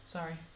Sorry